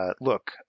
Look